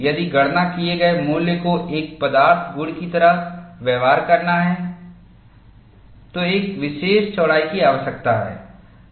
यदि गणना किए गए मूल्य को एक पदार्थ गुण की तरह व्यवहार करना है तो एक विशेष चौड़ाई की आवश्यकता है